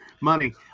Money